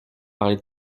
parler